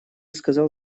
сказал